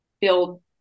build